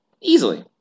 Easily